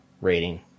rating